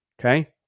Okay